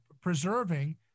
preserving